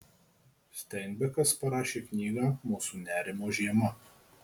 steinbekas parašė knygą mūsų nerimo žiema